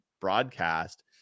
broadcast